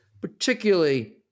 particularly